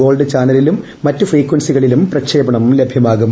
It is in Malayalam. ഗോൾഡ് ചാനലിലും മറ്റ് ഫ്രീക്വൻസികളിലും പ്രക്ഷേപണം ലഭ്യമാകും